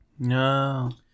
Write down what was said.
No